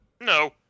No